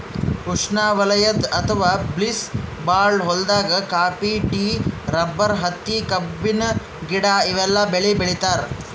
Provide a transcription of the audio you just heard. ಉಷ್ಣವಲಯದ್ ಅಥವಾ ಬಿಸ್ಲ್ ಭಾಳ್ ಹೊಲ್ದಾಗ ಕಾಫಿ, ಟೀ, ರಬ್ಬರ್, ಹತ್ತಿ, ಕಬ್ಬಿನ ಗಿಡ ಇವೆಲ್ಲ ಬೆಳಿ ಬೆಳಿತಾರ್